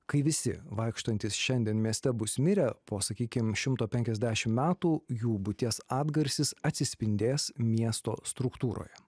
kai visi vaikštantys šiandien mieste bus mirę po sakykim šimto penkiasdešim metų jų būties atgarsis atsispindės miesto struktūroje